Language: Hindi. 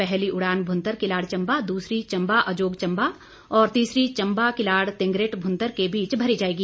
पहली उड़ान भुंतर किलाड़ चंबा दूसरी चंबा अजोग चंबा और तीसरी चंबा किलाड़ तिंगरिट भुंतर के बीच भरी जाएगी